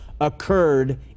occurred